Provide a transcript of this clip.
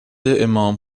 امام